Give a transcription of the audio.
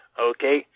okay